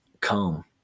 comb